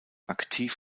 aktiv